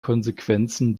konsequenzen